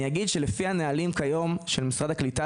אני אגיד שלפי הנהלים היום של משרד הקליטה,